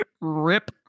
Rip